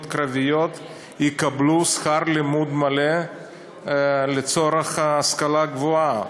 קרביות יקבלו שכר לימוד מלא לצורך השכלה גבוהה,